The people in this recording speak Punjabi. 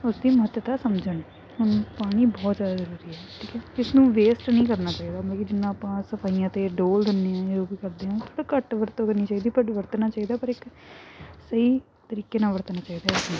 ਉਸਦੀ ਮਹੱਤਤਾ ਸਮਝਣ ਹੁਣ ਪਾਣੀ ਬਹੁਤ ਜ਼ਿਆਦਾ ਜ਼ਰੂਰੀ ਹੈ ਠੀਕ ਹੈ ਇਸਨੂੰ ਵੇਸਟ ਨਹੀਂ ਕਰਨਾ ਚਾਹੀਦਾ ਮਤਲਬ ਕਿ ਜਿੰਨਾ ਆਪਾਂ ਸਫਾਈਆਂ 'ਤੇ ਡੋਲ ਦਿੰਦੇ ਹਾਂ ਜਾਂ ਜੋ ਵੀ ਕਰਦੇ ਹਾਂ ਥੋੜ੍ਹਾ ਘੱਟ ਵਰਤੋਂ ਕਰਨੀ ਚਾਹੀਦੀ ਪਾਣੀ ਵਰਤਣਾ ਚਾਹੀਦਾ ਪਰ ਇੱਕ ਸਹੀ ਤਰੀਕੇ ਨਾਲ ਵਰਤਣਾ ਚਾਹੀਦਾ ਇਸ ਨੂੰ